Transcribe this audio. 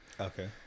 Okay